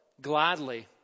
gladly